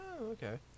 okay